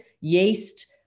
yeast